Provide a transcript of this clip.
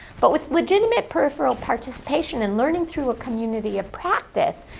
but with legitimate peripheral participation and learning through a community of practice,